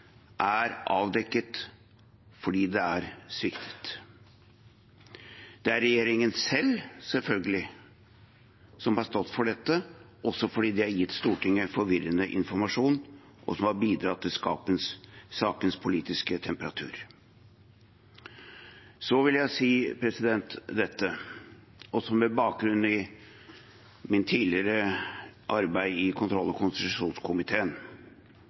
er avdekket fordi det er svikt. Det er regjeringen selv, selvfølgelig, som har stått for dette – også fordi de har gitt Stortinget forvirrende informasjon – og som har bidratt til sakens politiske temperatur. Så vil jeg si dette, også med bakgrunn i mitt tidligere arbeid i kontroll- og konstitusjonskomiteen: